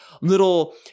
little